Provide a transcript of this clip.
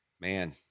Man